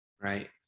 Right